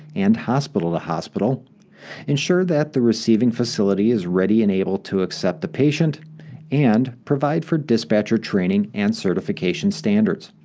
and hospital-to-hospital ensure that the receiving facility is ready and able to accept the patient and, provide for dispatcher training and certification standards.